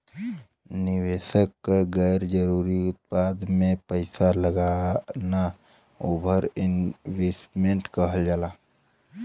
निवेशक क गैर जरुरी उत्पाद में पैसा लगाना ओवर इन्वेस्टिंग कहल जाला